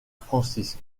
francisque